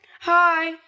Hi